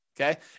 Okay